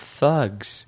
thugs